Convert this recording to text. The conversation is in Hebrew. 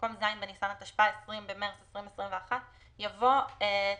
במקום "ז' בניסן התשפ"א (20 במרס 2021)" יבוא "ט"ו